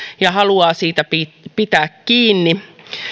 ja haluaa siitä pitää pitää kiinni